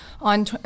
On